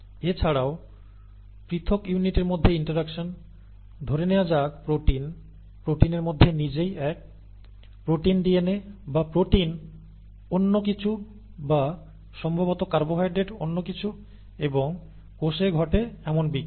এছাড়াও পৃথক ইউনিটের মধ্যে ইন্টারাকশন ধরে নেয়া যাক প্রোটিন প্রোটিনের মধ্যে নিজেই 1 protein DNA বা প্রোটিন অন্য কিছু বা সম্ভবত কার্বোহাইড্রেট অন্য কিছু এবং কোষে ঘটে এমন বিক্রিয়া